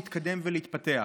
להתקדם ולהתפתח.